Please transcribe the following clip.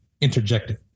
interjecting